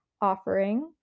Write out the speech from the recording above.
offering